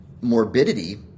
morbidity